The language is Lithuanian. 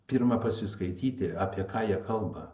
pirma pasiskaityti apie ką jie kalba